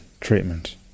treatment